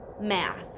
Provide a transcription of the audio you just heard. Math